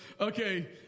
okay